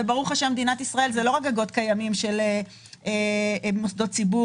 ברוך השם במדינת ישראל זה לא רק גגות קיימים של מוסדות ציבור